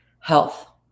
health